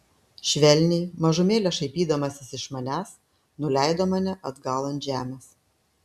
švelniai mažumėlę šaipydamasis iš manęs nuleido mane atgal ant žemės